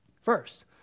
First